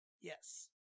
Yes